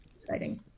exciting